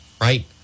right